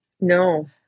No